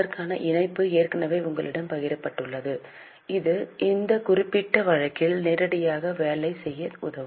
அதற்கான இணைப்பு ஏற்கனவே உங்களிடம் பகிரப்பட்டுள்ளது இது இந்த குறிப்பிட்ட வழக்கில் நேரடியாக வேலை செய்ய உதவும்